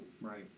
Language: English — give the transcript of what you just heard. right